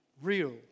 Real